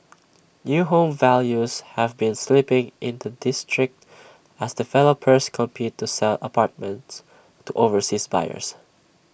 new home values have been slipping in the district as developers compete to sell apartments to overseas buyers